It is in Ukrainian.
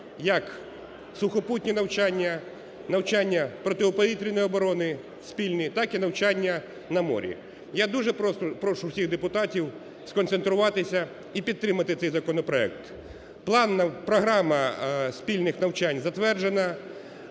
як сухопутні навчання, навчання протиповітряної оборони спільні так і навчання на морі. Я дуже прошу всіх депутатів сконцентруватися і підтримати цей законопроект. План, програма спільних навчань затверджена,